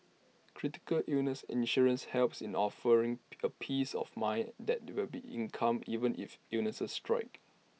critical illness insurance helps in offering pick A peace of mind that there will be income even if illnesses strike